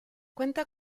cuenta